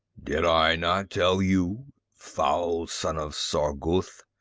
did i not tell you, foul son of sargouthe,